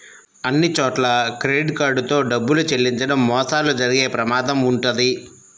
అన్నిచోట్లా credit card తో డబ్బులు చెల్లించడం మోసాలు జరిగే ప్రమాదం వుంటది